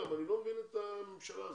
אני לא מבין את הממשלה הזאת.